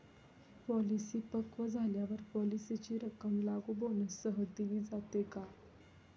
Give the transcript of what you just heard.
Policy पक्व झाल्यावर पॉलिसीची रक्कम लागू बोनससह दिली जाते का?